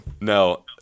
No